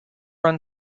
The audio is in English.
run